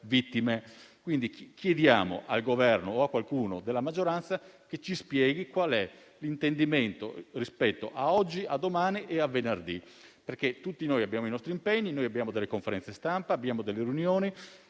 vittime. Chiediamo al Governo o a qualcuno della maggioranza che ci spieghi qual è l'intendimento rispetto a oggi, a domani e a venerdì. Tutti noi abbiamo i nostri impegni, abbiamo delle conferenze stampa, delle riunioni